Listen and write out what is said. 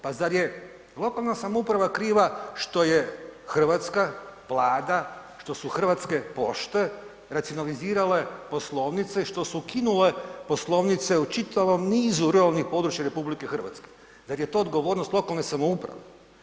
Pa zar je lokalna samouprava kriva što je hrvatska Vlada, što su hrvatske pošte racionalizirale poslovnice i što su ukinule poslovnice u čitavom nizu ruralnih područja RH? zar je to odgovornost lokalne samouprave?